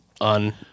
on